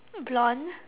blonde